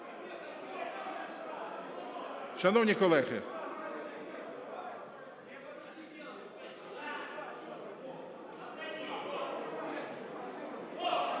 шановні колеги.